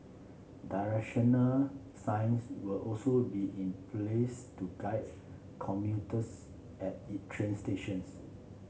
directional signs will also be in place to guide commuters at it train stations